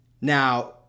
Now